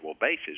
bases